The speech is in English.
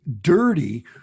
dirty